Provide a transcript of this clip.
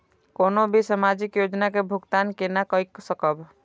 कोनो भी सामाजिक योजना के भुगतान केना कई सकब?